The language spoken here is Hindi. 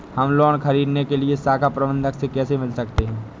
हम लोन ख़रीदने के लिए शाखा प्रबंधक से कैसे मिल सकते हैं?